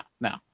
no